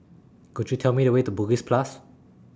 Could YOU Tell Me The Way to Bugis Plus